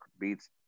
beats –